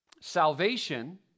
salvation